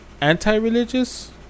anti-religious